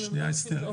שנייה, אסתר.